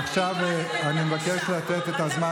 עכשיו אני מבקש לתת את הזמן,